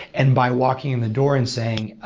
and by walking in the door and saying,